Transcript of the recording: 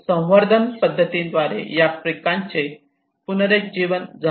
संवर्धन पद्धतींद्वारे या प्रकारच्या पिकांचे पुनरुज्जीवन झाले